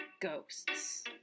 Ghosts